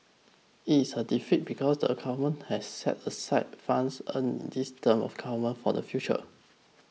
it is a deficit because the Government has set aside funds earned in this term of government for the future